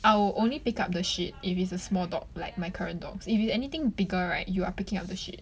I will only pick up the shit if it's a small dog like my current dogs if it's anything bigger right you are picking up the shit